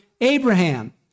Abraham